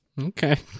Okay